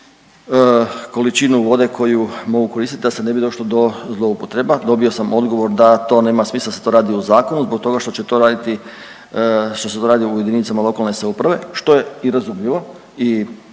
količinu vode koju mogu koristiti da se ne bi došlo do zloupotreba. Dobio sam odgovor da to nema smisla da se to radi u zakonu zbog toga što će to raditi, što se to radi u jedinicama lokalne samouprave što je i razumljivo i apsolutno